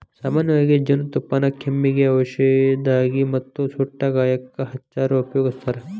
ಸಾಮನ್ಯವಾಗಿ ಜೇನುತುಪ್ಪಾನ ಕೆಮ್ಮಿಗೆ ಔಷದಾಗಿ ಮತ್ತ ಸುಟ್ಟ ಗಾಯಕ್ಕ ಹಚ್ಚಾಕ ಉಪಯೋಗಸ್ತಾರ